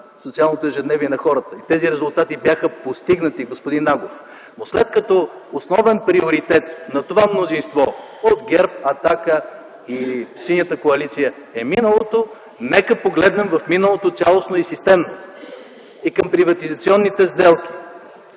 социалното ежедневие на хората. Тези резултати бяха постигнати, господин Агов. Но след като основен приоритет на това мнозинство от ГЕРБ, „Атака” и Синята коалиция е миналото, нека погледнем в миналото цялостно и системно – и към приватизационните сделки